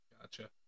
Gotcha